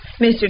Mr